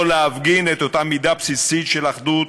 או להפגין את אותה מידה בסיסית של אחדות